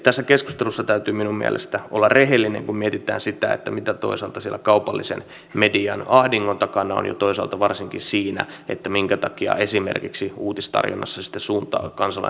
tässä keskustelussa täytyy minun mielestäni olla rehellinen kun mietitään sitä mitä toisaalta siellä kaupallisen median ahdingon takana on ja toisaalta varsinkin siinä minkä takia esimerkiksi uutistarjonnassa kansalainen suuntautuu tiettyyn paikkaan